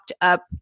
up